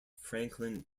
franklin